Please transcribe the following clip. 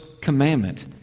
commandment